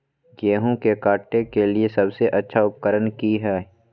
गेहूं के काटे के लिए सबसे अच्छा उकरन की है?